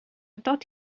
thought